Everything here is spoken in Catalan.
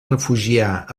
refugiar